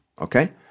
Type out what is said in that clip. okay